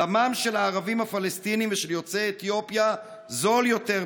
דמם של הערבים הפלסטינים ושל יוצאי אתיופיה זול יותר בישראל,